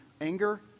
anger